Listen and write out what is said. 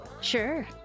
Sure